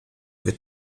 від